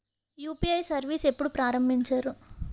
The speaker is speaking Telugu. యు.పి.ఐ సర్విస్ ఎప్పుడు ప్రారంభించారు?